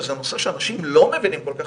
זה נושא שאנשים לא מבינים כל כך,